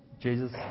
jesus